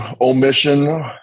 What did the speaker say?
omission